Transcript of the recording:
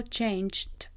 changed